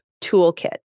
toolkit